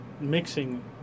mixing